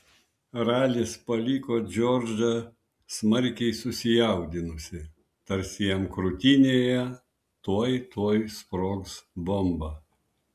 ralis paliko džordžą smarkiai susijaudinusį tarsi jam krūtinėje tuoj tuoj sprogs bomba